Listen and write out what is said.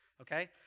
okay